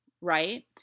right